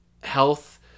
health